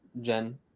Jen